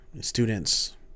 students